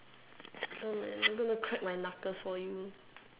I'm gonna crack my knuckles for you